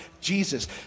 Jesus